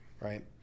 Right